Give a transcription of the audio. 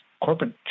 corporate